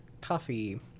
coffee